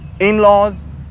in-laws